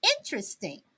Interesting